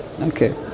Okay